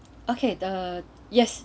okay the yes